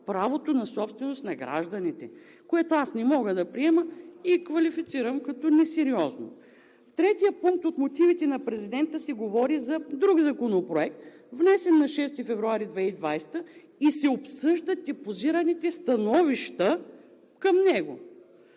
правото на собственост на гражданите, което не мога да приема и квалифицирам като несериозно. В третия пункт от мотивите на президента се говори за друг Законопроект, внесен на 6 февруари 2020 г., и се обсъждат депозираните становища към него.